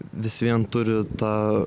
vis vien turi tą